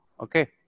Okay